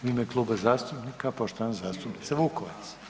U ime kluba zastupnika, poštovana zastupnica Vukovac.